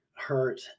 hurt